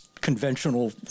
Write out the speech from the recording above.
conventional